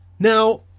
Now